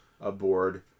aboard